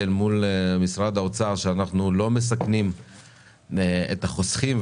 אל מול משרד האוצר שאנחנו לא מסכנים את החוסכים.